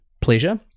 pleasure